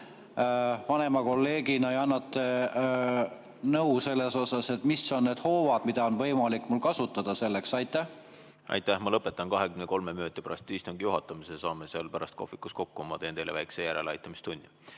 vanema kolleegina ja annate nõu selles osas, mis on need hoovad, mida mul on võimalik selleks kasutada? Aitäh! Ma lõpetan 23 minuti pärast istungi juhatamise. Saame pärast kohvikus kokku, ma teen teile väikse järeleaitamistunni.